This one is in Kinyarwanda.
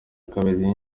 kabiri